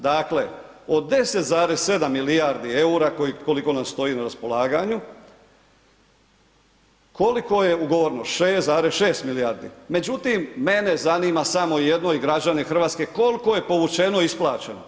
Dakle, od 10,7 milijardi EUR-a koliko nam stoji na raspolaganju, koliko je ugovoreno, 6,6 milijardi, međutim, mene zanima samo jedno i građane RH koliko je povučeno i isplaćeno?